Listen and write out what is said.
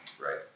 Right